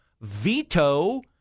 veto